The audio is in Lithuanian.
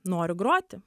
noriu groti